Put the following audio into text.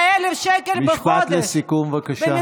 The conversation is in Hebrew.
18,000 שקל בחודש, משפט לסיכום, בבקשה.